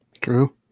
true